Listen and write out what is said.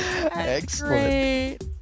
Excellent